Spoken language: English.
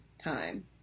time